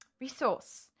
resource